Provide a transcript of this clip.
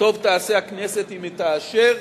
שטוב תעשה הכנסת אם היא תאשר,